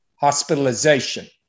hospitalization